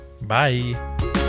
bye